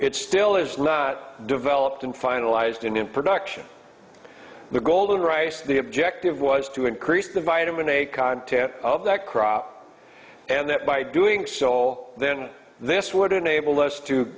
it still is not developed in finalized and in production the golden rice the objective was to increase the vitamin a content of that crop and that by doing so then this would enable us to